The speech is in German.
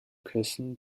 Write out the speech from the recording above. küssen